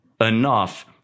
enough